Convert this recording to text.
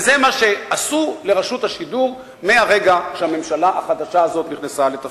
וזה מה שעשו לרשות השידור מהרגע שהממשלה החדשה הזו נכנסה לתפקידה.